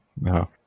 No